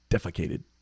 Defecated